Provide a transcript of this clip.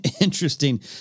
interesting